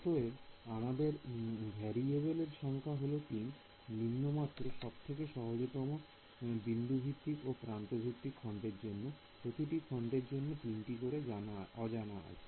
অতএব আমাদের ভেরিএবেল এর সংখ্যা হল 3 নিম্নমাত্র সবথেকে সহজতম বিন্দু ভিত্তিক ও প্রান্ত ভিত্তিক খন্ডের জন্য প্রতিটি খন্ডের জন্য তিনটি করে জানা আছে